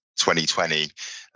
2020